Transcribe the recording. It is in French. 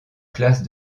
classe